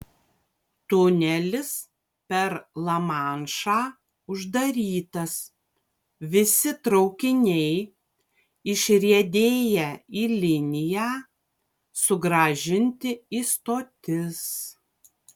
tunelis per lamanšą uždarytas visi traukiniai išriedėję į liniją sugrąžinti į stotis